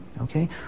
Okay